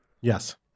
Yes